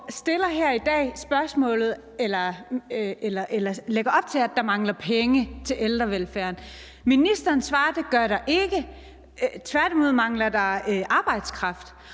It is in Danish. lægger op til, at der mangler penge til ældrevelfærd – og ministeren svarer, at det gør der ikke, men at der tværtimod mangler arbejdskraft.